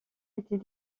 était